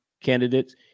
candidates